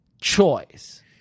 choice